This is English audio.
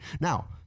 Now